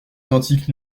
identique